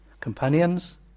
Companions